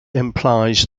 implies